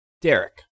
Derek